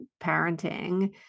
parenting